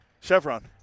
Chevron